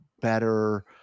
better